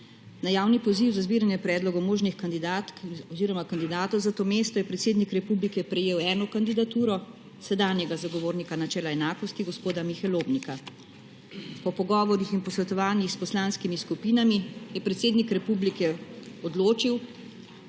Na javni poziv za zbiranje predloga možnih kandidatk oziroma kandidatov za to mesto je predsednik Republike prejel eno kandidaturo sedanjega zagovornika načela enakosti gospoda Mihe Lobnika. Po pogovorih in posvetovanjih s poslanskimi skupinami je predsednik Republike odločil,